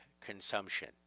consumption